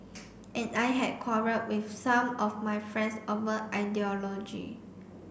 and I had quarrelled with some of my friends over ideology